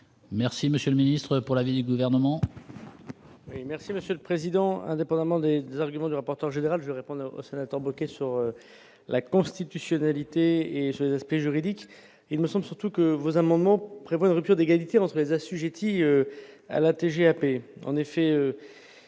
Merci monsieur le ministre pour la ville, les gouvernements. Oui, merci Monsieur le Président, indépendamment des arguments du rapporteur général je réponds attend, bloqué sur la constitutionnalité et Jesper juridique, il me semble surtout que vos amendements prévoit une rupture d'égalité entre les assujettis à la TGAP,